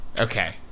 Okay